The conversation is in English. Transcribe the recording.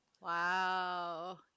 wow